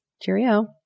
Cheerio